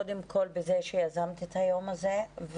קודם כל בזה שיזמת את היום הזה,